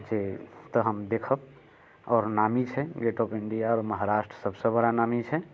से तऽ हम देखब आओर नामी छै गेट ऑफ इण्डिया आओर महराष्ट्र सबसे बड़ा नामी छै